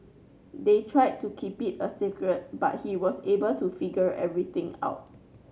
they tried to keep it a secret but he was able to figure everything out